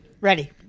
Ready